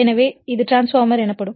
எனவே இது டிரான்ஸ்பார்மர்எனப்படும்